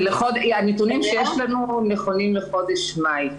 כן, הנתונים שיש לנו נכונים לחודש מאי.